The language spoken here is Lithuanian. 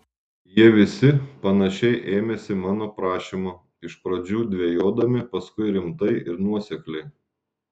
jie visi panašiai ėmėsi mano prašymo iš pradžių dvejodami paskui rimtai ir nuosekliai